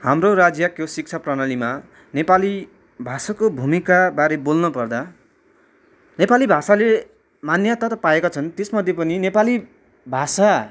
हाम्रो राज्यको शिक्षा प्रणालीमा नेपाली भाषाको भूमिकाबारे बोल्न पर्दा नेपाली भाषाले मान्यता त पाएका छन् त्यस मध्ये पनि नेपाली भाषा